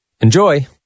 Enjoy